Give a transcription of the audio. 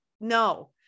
No